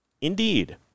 indeed